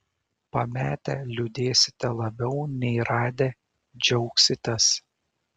pametę liūdėsite labiau nei radę džiaugsitės